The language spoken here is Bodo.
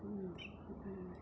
ओमफ्राय